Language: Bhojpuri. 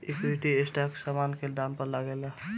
इक्विटी स्टाक समान के दाम पअ लागेला